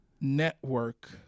network